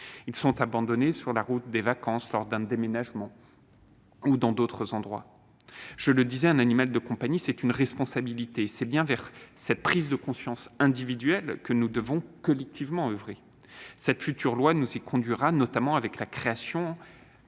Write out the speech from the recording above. Ils sont abandonnés sur la route des vacances, lors d'un déménagement ou dans d'autres endroits. Je le disais : un animal de compagnie, c'est une responsabilité. C'est bien en faveur de cette prise de conscience individuelle que nous devons collectivement oeuvrer. Cette future loi nous y conduira, notamment avec la création